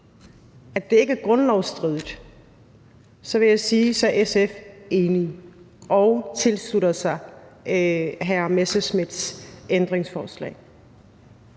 det ikke er grundlovsstridigt, vil jeg sige, at SF er enig og tilslutter sig hr. Morten Messerschmidts ændringsforslag.